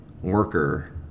worker